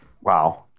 Wow